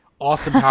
Austin